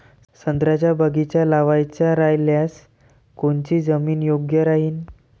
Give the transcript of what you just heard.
संत्र्याचा बगीचा लावायचा रायल्यास कोनची जमीन योग्य राहीन?